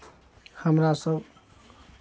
हमरा सभ